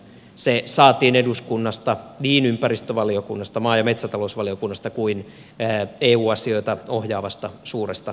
se saatiin eduskunnasta niin ympäristövaliokunnasta maa ja metsätalousvaliokunnasta kuin eu asioita ohjaavasta suuresta valiokunnastakin